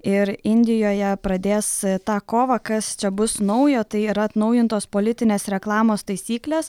ir indijoje pradės tą kovą kas čia bus naujo tai yra atnaujintos politinės reklamos taisyklės